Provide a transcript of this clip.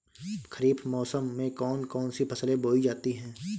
खरीफ मौसम में कौन कौन सी फसलें बोई जाती हैं?